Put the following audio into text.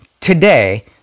today